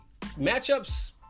Matchups